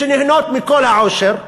שנהנות מכל העושר,